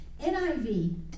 NIV